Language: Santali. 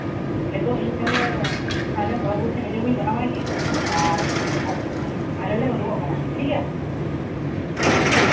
ᱱᱤᱛᱚᱜ ᱤᱧ ᱛᱟᱦᱞᱮ ᱛᱷᱟᱱᱟ ᱨᱮᱱ ᱵᱚᱲᱚ ᱵᱟᱹᱵᱩ ᱥᱮ ᱢᱮᱡᱳ ᱵᱟᱹᱵᱩᱧ ᱡᱟᱱᱟᱣᱟᱭ ᱜᱮ ᱟᱨ ᱟᱞᱮ ᱞᱮ ᱩᱰᱩᱠᱚᱜ ᱠᱟᱱᱟ ᱴᱷᱤᱠ ᱜᱮᱭᱟ